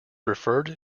referred